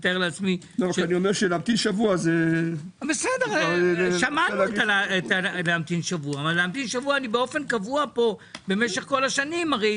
להמתין שבוע זה- -- אני כל השנים פה לא בדיוק